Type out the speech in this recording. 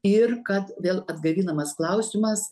ir kad vėl atgaivinamas klausimas